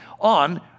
on